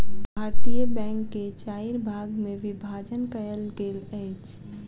भारतीय बैंक के चाइर भाग मे विभाजन कयल गेल अछि